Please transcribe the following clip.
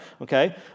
okay